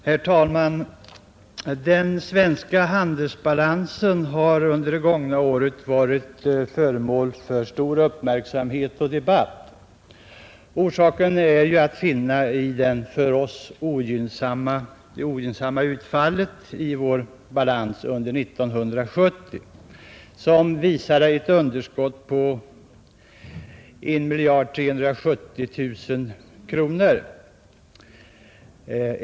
Herr talman! Den svenska handelsbalansen har under det gångna året varit föremål för stor uppmärksamhet och debatt. Orsaken är ju att finna i det för oss ogynnsamma utfallet i vår balans under 1970, som har visat ett underskott på I 370 miljoner kronor.